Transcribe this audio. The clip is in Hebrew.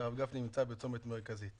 שהרב גפני נמצא בצומת מרכזי.